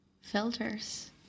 filters